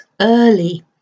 early